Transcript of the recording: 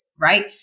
right